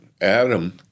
Adam